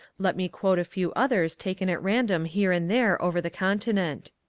let me quote a few others taken at random here and there over the continent.